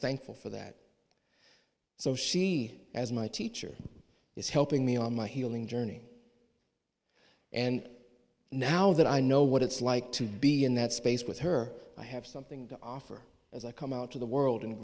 thankful for that so she has my teacher is helping me on my healing journey and now that i know what it's like to be in that space with her i have something to offer as i come out to the world and